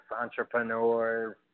entrepreneurs